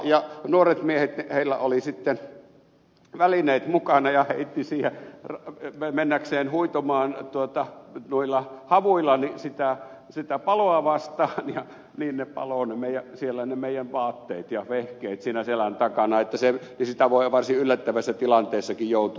ja nuorilla miehillä oli sitten välineet mukana ja heittivät siihen mennäkseen huitomaan havuilla sitä paloa vastaan ja niin meidän vaatteet ja vehkeet paloivat siinä selän takana että sitä voi varsin yllättävään tilanteeseenkin joutua